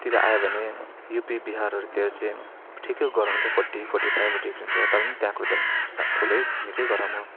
तिर आयो भने युपी बिहारहरूतिर चाहिँ ठिकैको गरम हुन्छ फोर्टी फोर्टी फाइभ डिग्री हुन्छ तर पनि त्यहाँको त ठुलै निकै गरम हो